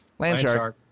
Landshark